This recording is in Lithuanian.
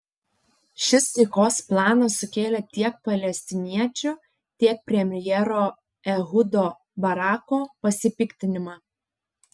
šis taikos planas sukėlė tiek palestiniečių tiek premjero ehudo barako pasipiktinimą